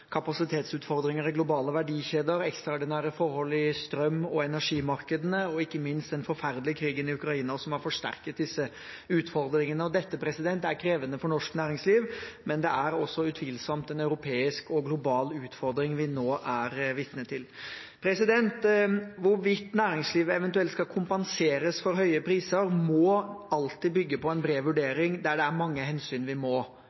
kapasitetsutfordringer i globale verdikjeder, ekstraordinære forhold i strøm- og energimarkedene og ikke minst den forferdelige krigen i Ukraina, som har forsterket disse utfordringene. Dette er krevende for norsk næringsliv, men det er utvilsomt også en europeisk og global utfordring vi nå er vitne til. Hvorvidt næringslivet eventuelt skal kompenseres for høye priser, må alltid bygge på en bred vurdering der det er mange hensyn vi må